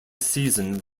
season